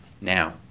now